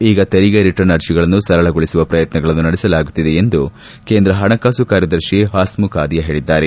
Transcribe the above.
ಈಗ ತೆರಿಗೆ ರಿಟರ್ನ್ ಅರ್ಜೆಗಳನ್ನು ಸರಳಗೊಳಿಸುವ ಪ್ರಯತ್ಯಗಳನ್ನು ನಡೆಸಲಾಗುತ್ತಿದೆ ಎಂದು ಕೇಂದ್ರ ಪಣಕಾಸು ಕಾರ್ಯದರ್ಶಿ ಹಸ್ಮುಖ್ ಅಧಿಯಾ ಹೇಳಿದ್ದಾರೆ